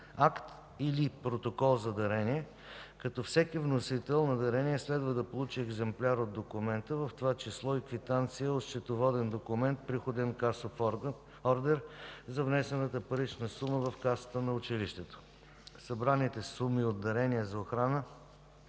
акт или протокол за дарение, като всеки вносител на дарение следва да получи екземпляр от документа, в това число и квитанция от счетоводен документ, приходен касов ордер за внесената парична сума в касата на училището. Събраните суми от дарения за охрана